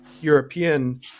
European